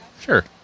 Sure